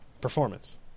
Performance